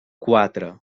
quatre